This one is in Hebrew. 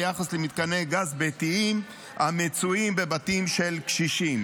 ביחס למתקני גז ביתיים המצויים בבתים של קשישים.